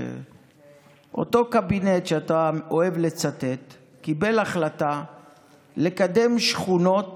אותו קבינט שאתה אוהב לצטט קיבל החלטה לקדם שכונות